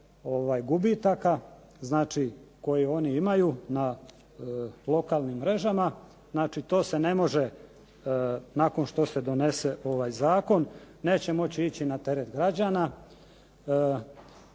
znači koje oni imaju na lokalnim mrežama. Znači to se ne može, nakon što se donese ovaj zakon, neće moći ići na teret građana,